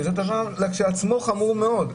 שזה דבר שהוא לכשעצמו חמור מאוד.